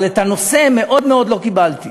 אבל את הנושא מאוד מאוד לא קיבלתי.